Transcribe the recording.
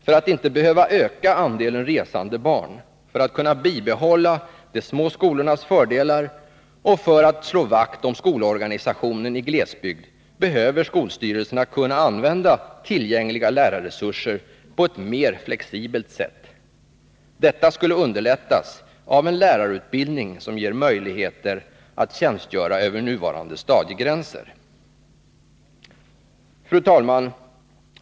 För att inte behöva öka andelen resande barn, för att kunna bibehålla de små skolornas fördelar och för att slå vakt om skolorganisationen i glesbygd behöver skolstyrelserna kunna använda tillgängliga lärarresurser på ett mer flexibelt sätt. Detta skulle underlättas av en lärarutbildning som ger möjligheter att tjänstgöra över nuvarande stadiegränser. Fru talman!